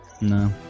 no